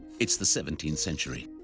it's the seventeenth century.